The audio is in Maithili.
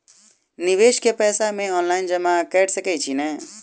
निवेश केँ पैसा मे ऑनलाइन जमा कैर सकै छी नै?